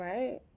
Right